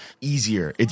easier